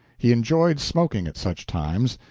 he enjoyed smoking at such times,